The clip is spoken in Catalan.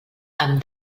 amb